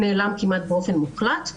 נעלם כמעט באופן מוחלט.